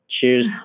cheers